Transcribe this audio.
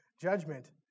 Judgment